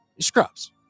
scrubs